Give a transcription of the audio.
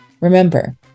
Remember